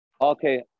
Okay